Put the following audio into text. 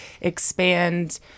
expand